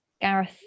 Gareth